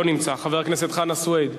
לא נמצא, חבר הכנסת חנא סוייד,